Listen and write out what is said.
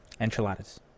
Enchiladas